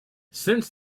since